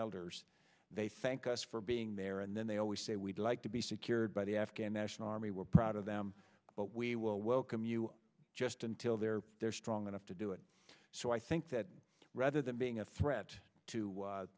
elders they thank us for being there and then they always say we'd like to be secured by the afghan national army we're proud of them but we will welcome you just until they're they're strong enough to do it so i think that rather than being a threat to